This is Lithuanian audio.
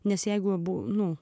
nes jeigu abu nu